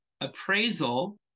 appraisal